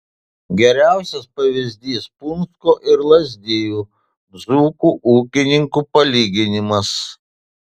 geriausias pavyzdys punsko ir lazdijų dzūkų ūkininkų palyginimas